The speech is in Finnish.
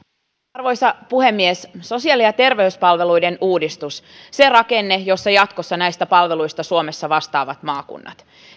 arvoisa puhemies sosiaali ja terveyspalveluiden uudistus se rakenne jossa jatkossa näistä palveluista suomessa vastaavat maakunnat